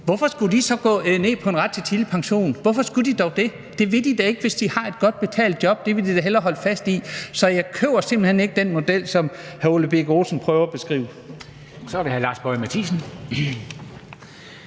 hvorfor skulle de så vælge at gå ned på en tidlig pension? Hvorfor skulle de dog det? Det vil de da ikke, hvis de har et godt betalt job; det vil de da hellere holde fast i. Så jeg køber simpelt hen ikke den model, som hr. Ole Birk Olesen prøver at beskrive. Kl. 14:12 Formanden